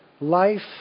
life